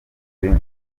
film